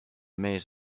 mees